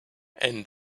and